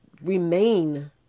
remain